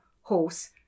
horse